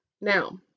Now